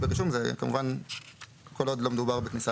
בעמוד